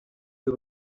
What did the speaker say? wir